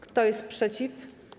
Kto jest przeciw?